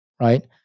right